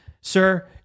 Sir